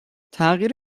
تغییر